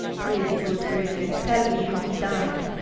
pre'thee good griffith, tell me how he dy'de.